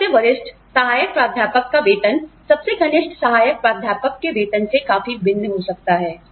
सबसे वरिष्ठ सहायक प्राध्यापक का वेतन सबसे कनिष्ठ सहायक प्राध्यापक के वेतन से काफी भिन्न हो सकता है